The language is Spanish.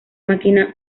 máquina